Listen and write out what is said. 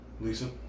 Lisa